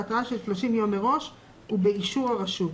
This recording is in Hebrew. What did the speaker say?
בהתראה של 30 יום מראש ובאישור הרשות.